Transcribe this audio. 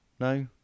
No